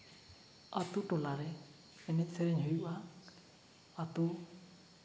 ᱟᱛᱳ ᱴᱚᱞᱟᱨᱮ ᱮᱱᱮᱡ ᱥᱮᱨᱮᱧ ᱦᱩᱭᱩᱜᱼᱟ ᱟᱛᱳ